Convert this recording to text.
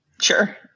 Sure